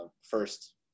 first